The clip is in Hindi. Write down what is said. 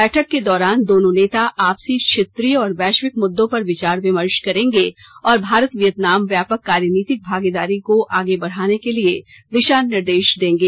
बैठक के दौरान दोनों नेता आपसी क्षेत्रीय और वैश्विक मुद्दों पर विचार विमर्श करेंगे और भारत वियतनाम व्यापक कार्यनीतिक भागीदारी को आगे बढ़ाने के लिए दिशा निर्देश देंगे